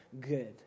good